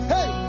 Hey